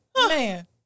Man